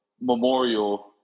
memorial